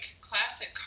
classic